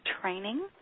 Training